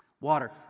water